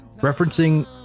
referencing